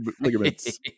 ligaments